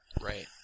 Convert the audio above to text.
Right